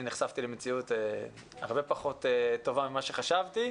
נחשפתי למציאות הרבה פחות טובה מכפי שחשבתי.